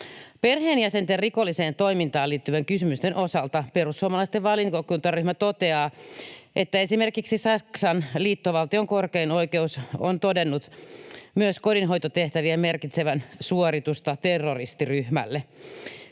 Perheenjäsenten rikolliseen toimintaan liittyvien kysymysten osalta perussuomalaisten valiokuntaryhmä toteaa, että esimerkiksi Saksan liittovaltion korkein oikeus on todennut myös kodinhoitotehtävien merkitsevän suoritusta terroristiryhmälle.